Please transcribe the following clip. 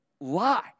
lie